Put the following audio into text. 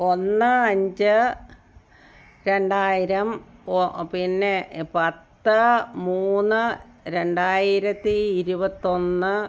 ഒന്ന് അഞ്ച് രണ്ടായിരം ഓ പിന്നെ പത്ത് മൂന്ന് രണ്ടായിരത്തി ഇരുപത്തൊന്ന്